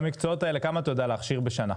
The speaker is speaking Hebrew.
במקצועות האלה כמה אתה יודע להכשיר בשנה?